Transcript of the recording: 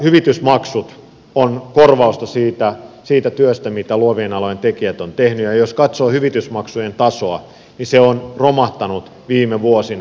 hyvitysmaksut ovat korvausta siitä työstä mitä luovien alojen tekijät ovat tehneet ja jos katsoo hyvitysmaksujen tasoa niin se on romahtanut viime vuosina